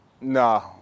No